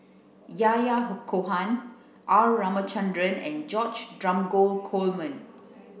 Yahya Cohen R Ramachandran and George Dromgold Coleman